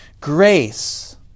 Grace